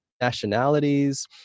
nationalities